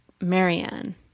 Marianne